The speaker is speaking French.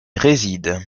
résident